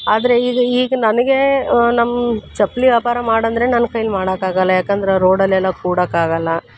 ಆದರೆ ಈಗ ಈಗ ನನಗೆ ನಮ್ಮ ಚಪ್ಪಲಿ ವ್ಯಾಪಾರ ಮಾಡಂದರೆ ನನ್ನ ಕೈಲಿ ಮಾಡೋಕ್ಕಾಗಲ್ಲ ಯಾಕಂದ್ರೆ ರೋಡಲೆಲ್ಲ ಕೂಡಕ್ಕೆ ಆಗೋಲ್ಲ